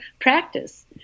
practice